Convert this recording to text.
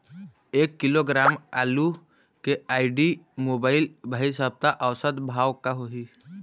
एक किलोग्राम आलू के आईडी, मोबाइल, भाई सप्ता औसत भाव का होही?